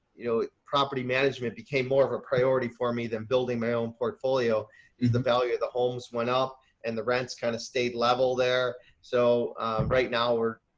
you know, property management became more of a priority for me than building my own portfolio is the value of the homes went up and the rents kind of stayed level there. so right now we're,